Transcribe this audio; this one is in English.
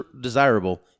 desirable